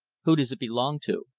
who does it belong to?